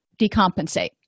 Decompensate